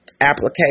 application